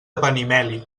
benimeli